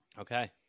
Okay